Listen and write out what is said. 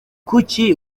kuki